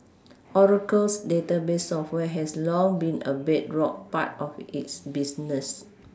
Oracle's database software has long been a bedrock part of its business